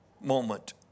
moment